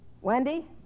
Wendy